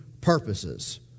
purposes